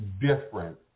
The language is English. different